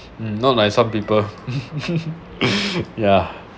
mm not like some people yeah